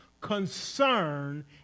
concern